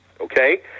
okay